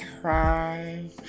cry